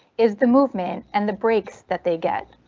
is the movement and the brakes that they get.